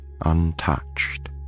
untouched